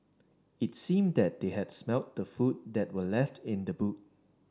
it seemed that they had smelt the food that were left in the boot